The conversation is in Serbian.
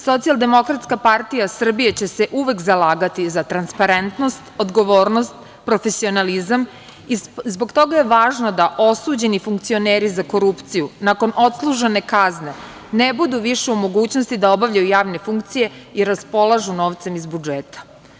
Socijaldemokratska partija Srbije će se uvek zalagati za transparentnost, odgovornost, profesionalizam i zbog toga je važno da osuđeni funkcioneri za korupciju nakon odslužene kazne ne budu više u mogućnosti da obavljaju javne funkcije i raspolažu novcem iz budžeta.